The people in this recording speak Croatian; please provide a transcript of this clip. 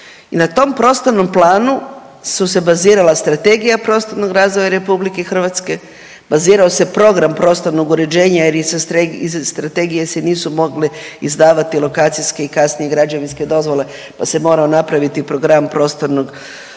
i na tom prostornom planu su se bazirala Strategija prostornog razvoja RH, bazirao se program prostornog uređenja jer iza strategije se nisu mogle izdavati lokacijske i kasnije građevinske dozvole, pa se morao napraviti program prostornog razvoja